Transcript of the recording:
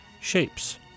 shapes